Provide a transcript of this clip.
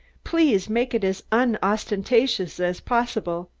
please make it as unostentatious as possible.